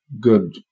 good